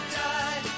die